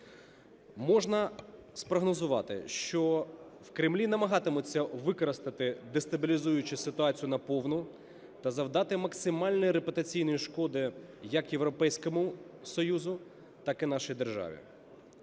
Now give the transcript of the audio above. Можна спрогнозувати, що в Кремлі намагатимуться використати дестабілізуючу ситуацію на повну та завдати максимальної репутаційної шкоди як Європейському Союзу, так і нашій державі.